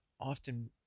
often